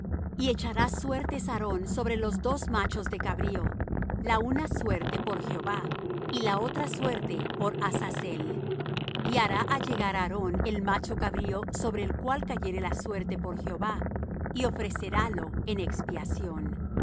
y echará suertes aarón sobre los dos machos de cabrío la una suerte por jehová y la otra suerte por azazel y hará allegar aarón el macho cabrío sobre el cual cayere la suerte por jehová y ofrecerálo en expiación